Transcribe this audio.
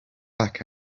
back